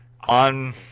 On